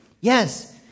Yes